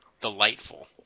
delightful